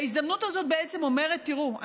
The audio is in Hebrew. ההזדמנות הזאת בעצם אומרת: תראו,